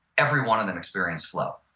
every one of them experienced flow.